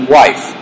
wife